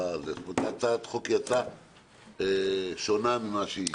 אותה הצעת חוק יצאה שונה ממה שהיא הגיעה.